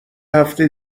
هفته